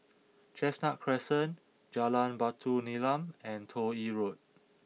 Chestnut Crescent Jalan Batu Nilam and Toh Yi Road